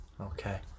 Okay